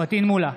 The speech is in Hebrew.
פטין מולא,